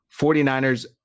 49ers